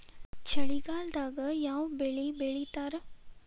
ಚಳಿಗಾಲದಾಗ್ ಯಾವ್ ಬೆಳಿ ಬೆಳಿತಾರ?